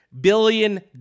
billion